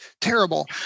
terrible